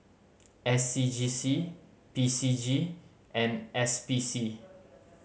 S C G C P C G and S P C